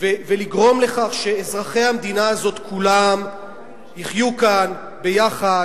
ולגרום לכך שאזרחי המדינה הזאת כולם יחיו כאן יחד,